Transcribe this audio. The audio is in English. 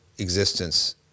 existence